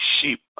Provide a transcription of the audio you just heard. sheep